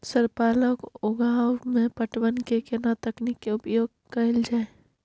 Sir पालक उगाव में पटवन के केना तकनीक के उपयोग कैल जाए?